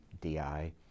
DI